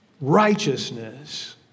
righteousness